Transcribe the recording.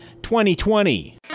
2020